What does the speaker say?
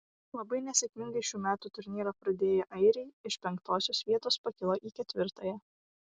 labai nesėkmingai šių metų turnyrą pradėję airiai iš penktosios vietos pakilo į ketvirtąją